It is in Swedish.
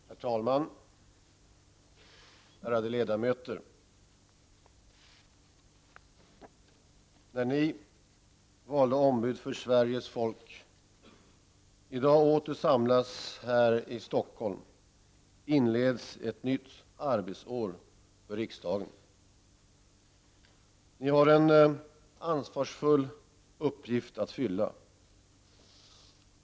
Herr talman! Ärade ledamöter! När ni, valda ombud för Sveriges folk, i dag åter samlas här i Stockholm inleds ett nytt arbetsår för riksdagen. Ni har en ansvarsfull uppgift att fylla.